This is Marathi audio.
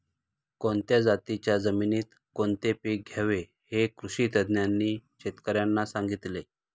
कोणत्या जातीच्या जमिनीत कोणते पीक घ्यावे हे कृषी तज्ज्ञांनी शेतकर्यांना सांगितले